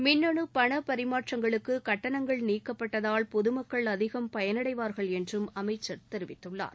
மின்னனு பண பரிமாற்றங்களுக்கு கட்டணங்கள் நீக்கப்பட்டதால் பொதுமக்கள் அதிகம் பயணடைவரர்கள் என்றும் அமைச்சர் தெரிவித்துள்ளார்